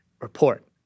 report